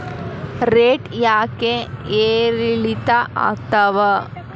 Rate ಯಾಕೆ ಏರಿಳಿತ ಆಗ್ತಾವ?